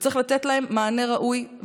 וצריך לתת להם מענה ראוי.